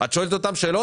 את שואלת את אותן שאלות,